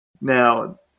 Now